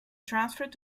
transferred